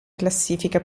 classifica